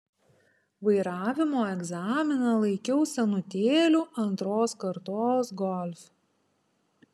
vairavimo egzaminą laikiau senutėliu antros kartos golf